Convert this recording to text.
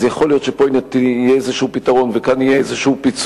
אז יכול להיות שפה יהיה איזה פתרון וכאן יהיה איזה פיצוי.